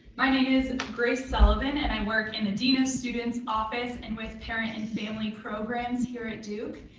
my name is grace sullivan, and i work in a dean of students office and with parent and family programs here at duke,